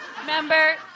Remember